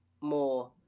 more